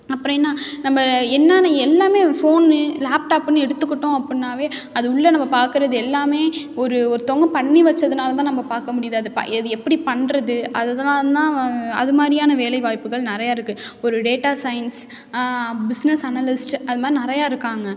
அப்பறம் என்னா நம்ப என்னான்ன எல்லாமே ஃபோன்னு லேப்டாப்புன்னு எடுத்துக்கிட்டோம் அப்புடின்னாவே அது உள்ளே நம்ம பார்க்கறது எல்லாமே ஒரு ஒருத்தங்க பண்ணி வைச்சதுனால தான் நம்ம பார்க்க முடியுது அது ப எது எப்படி பண்ணுறது அதலாம் தான் அது மாதிரியான வேலை வாய்ப்புகள் நிறையா இருக்குது ஒரு டேட்டா சயின்ஸ் பிஸ்னஸ் அனலிஸ்ட் அது மாதிரி நிறையா இருக்காங்க